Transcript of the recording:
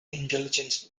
intelligence